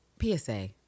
PSA